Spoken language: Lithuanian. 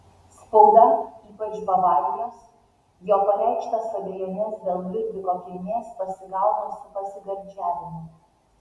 spauda ypač bavarijos jo pareikštas abejones dėl liudviko kilmės pasigauna su pasigardžiavimu